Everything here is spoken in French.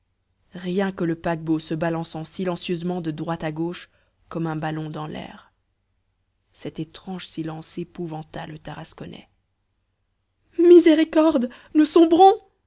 rien que le paquebot se balançant silencieusement de droite à gauche comme un ballon dans l'air cet étrange silence épouvanta le tarasconnais miséricorde nous sombrons